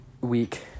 week